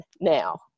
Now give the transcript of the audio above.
now